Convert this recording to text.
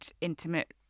intimate